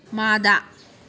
ꯃꯥꯗꯥ